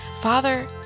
Father